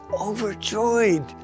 overjoyed